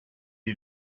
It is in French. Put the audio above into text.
est